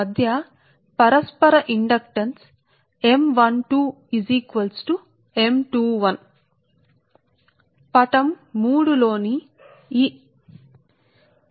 అందువల్ల పటం 3 అయిన single phase two wire line కోసం ప్రతి ఫేజ్ కు ఇండక్టెన్స్ పటం 3 ని చూడండి పట్టుకోండి నేను మీకు మళ్ళీ చూపిస్తాను ఇది మీ పటం 3 ఇది మీ పటం 3 సరే